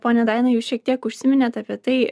ponia daina jūs šiek tiek užsiminėt apie tai